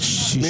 מי